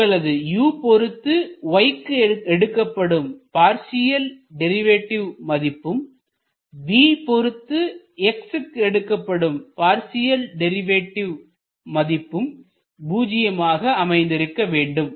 உங்களது u பொறுத்து y க்கு எடுக்கப்படும் பார்சியல் டெரிவேட்டிவ் மதிப்பும் v பொறுத்து x க்கு எடுக்கப்படும் பார்சியல் டெரிவேட்டிவ் மதிப்பும் பூஜ்ஜியமாக அமைந்திருக்க வேண்டும்